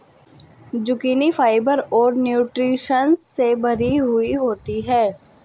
zucchini fibre और nutritions से भरी हुई होती है